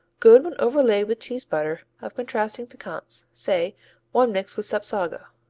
good when overlaid with cheese butter of contrasting piquance, say one mixed with sapsago.